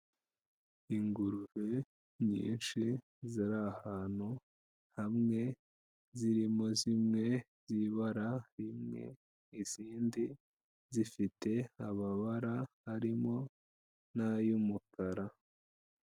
Ingurube nyinshi ziri ahantu hamwe, zirimo zimwe z'ibara rimwe, izindi zifite amabara harimo n'ay'umukara.